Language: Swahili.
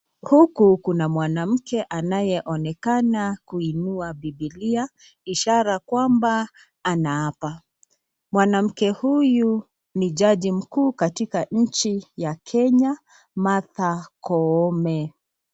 Huku Kuna mwanamke ambaye anaonekana kuinua bibilia ishara kwamba anahapa. Mwanamke huyu ni jaji mkuu wa Kenya Martha Koome.